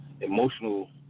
emotional